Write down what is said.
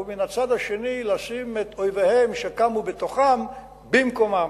ומן הצד השני לשים את אויביהם שקמו בתוכם במקומם.